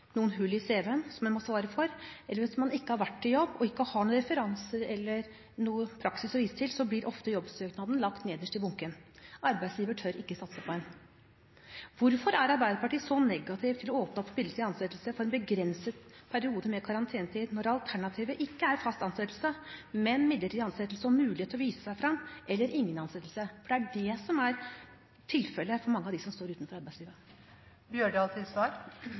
noen hull i cv-en som man må svare for, eller hvis man ikke har vært i jobb og ikke har praksis eller referanser å vise til, blir ofte jobbsøknaden lagt nederst i bunken – arbeidsgiver tør ikke å satse på en. Hvorfor er Arbeiderpartiet så negativ til å åpne opp for midlertidige ansettelser for en begrenset periode med karantenetid, når alternativet ikke er fast ansettelse, men midlertidig ansettelse og mulighet til å vise seg fram, eller ingen ansettelse? Det er dette som er tilfellet for mange av dem som står utenfor